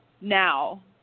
now